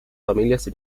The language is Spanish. familias